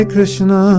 Krishna